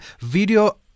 video